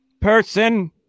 person